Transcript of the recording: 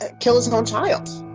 ah kill his own child.